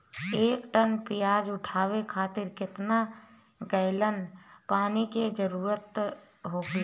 एक टन प्याज उठावे खातिर केतना गैलन पानी के जरूरत होखेला?